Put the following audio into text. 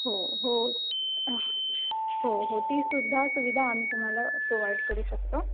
हो हो हो हो ती सुद्धा सुविधा आम्ही तुम्हाला प्रोवाईड करू शकतो